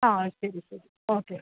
ആ ശരി ശരി ഓക്കെ